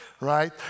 right